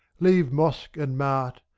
leave mosque and mart,